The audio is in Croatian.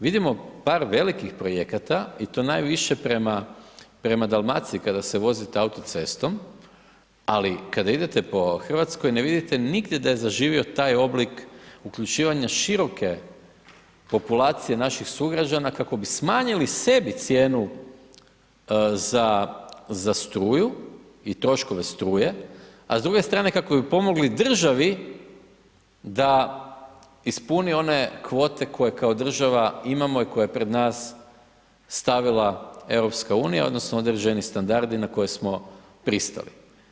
Vidimo par velikih projekata i to najviše prema Dalmaciji, kada se vozite autocestom, ali kada idete po Hrvatskoj, ne vidite nigdje da je zaživio taj oblik uključivanja široke populacije naših sugrađana, kako bi smanjili sebi cijenu za struju i troškove struje, a s druge strane kako bi pomogli državi da ispuni one kvote koje kako država imamo i koje je pred nas stavila EU, odnosno, određeni standardi na koje smo pristali.